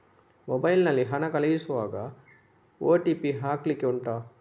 mobile ನಲ್ಲಿ ಹಣ ಕಳಿಸುವಾಗ ಓ.ಟಿ.ಪಿ ಹಾಕ್ಲಿಕ್ಕೆ ಉಂಟಾ